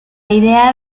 idea